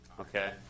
Okay